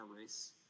race